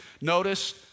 Notice